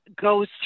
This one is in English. goes